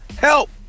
Help